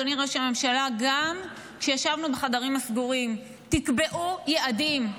אדוני ראש הממשלה גם כשישבנו בחדרים הסגורים: תקבעו יעדים,